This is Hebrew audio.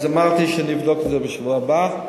אז אמרתי שנבדוק את זה בשבוע הבא.